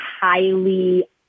highly